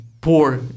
poor